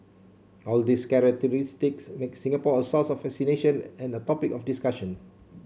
all these characteristics make Singapore a source of fascination and a topic of discussion